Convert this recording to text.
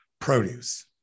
produce